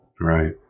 Right